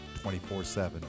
24-7